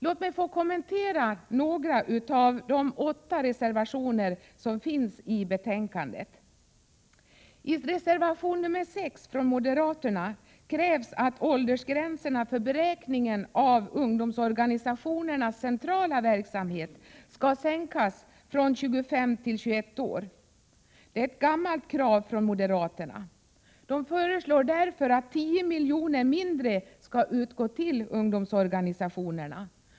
Låt mig få kommentera några av de 8 reservationer som fogats till betänkandet. I reservation nr 6 från moderaterna krävs att åldersgränsen för beräkningen av ungdomsorganisationernas centrala verksamhet skall sänkas från 25 till 21 år. Det är ett gammalt krav från moderaterna. De föreslår att 10 milj.kr. mindre skall utgå till ungdomsorganisationerna.